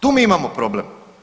Tu mi imamo problem.